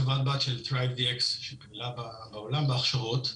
חברת בת של -- שגדלה בעולם בהכשרות.